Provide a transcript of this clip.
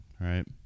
right